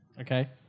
Okay